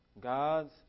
God's